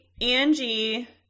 Angie